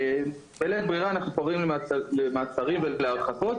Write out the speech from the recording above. בלית ברירה אנחנו קוראים למעצרים ולהרחקות.